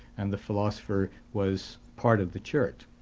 and the philosopher was part of the church.